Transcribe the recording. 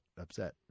upset